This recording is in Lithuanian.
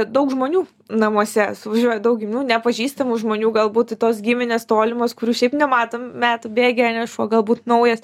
daug žmonių namuose suvažiuoja daug giminių nepažįstamų žmonių galbūt tos giminės tolimos kurių šiaip nematom metų bėgyje ane šuo galbūt naujas